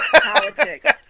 politics